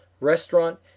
restaurant